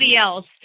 else